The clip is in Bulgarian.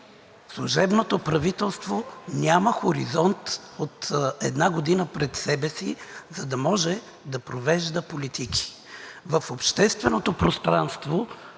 служебното правителство няма хоризонт от една година пред себе си, за да може да провежда политики. В общественото пространство